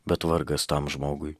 bet vargas tam žmogui